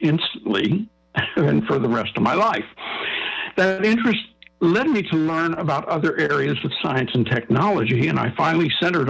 instantly and for the rest of my life that interest led me to learn about other areas of science and technology and i finally centered